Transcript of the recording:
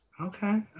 Okay